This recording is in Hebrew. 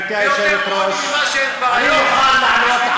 החלטות האו"ם של סיום הכיבוש, איזה החלטות?